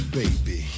baby